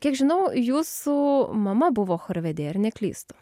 kiek žinau jūsų mama buvo chorvedė ar neklystu